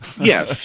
Yes